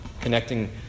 connecting